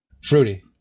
Fruity